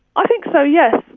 i think so, yes.